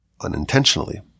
unintentionally